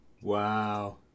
Wow